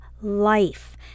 life